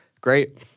Great